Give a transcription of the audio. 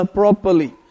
properly